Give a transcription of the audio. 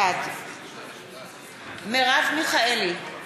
בעד מרב מיכאלי,